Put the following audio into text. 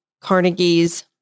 Carnegie's